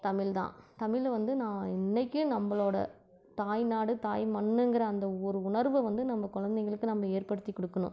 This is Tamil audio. தமிழ் தான் தமிழ் வந்து நான் இன்றைக்கும் நம்மளோட தாய்நாடு தாய் மண்ணுங்கிற அந்த ஒரு உணர்வு வந்து நம்ம குழந்தைகளுக்கு நம்ம ஏற்படுத்தி கொடுக்கணும்